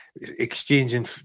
exchanging